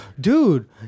Dude